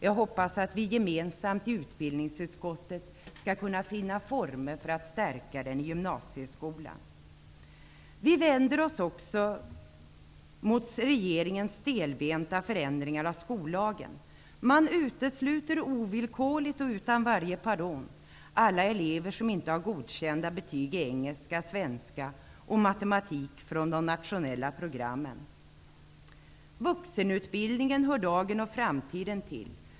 Jag hoppas att vi gemensamt i utbildningsutskottet skall kunna finna former för att stärka inflytandet i gymnasieskolan. Vi vänder oss också mot regeringens stelbenta förändringar av skollagen. Man utesluter ovillkorligt och utan varje pardon alla elever som inte har godkända betyg i engelska, svenska och matematik från de nationella programmen. Vuxenutbildningen hör dagen och framtiden till.